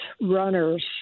runners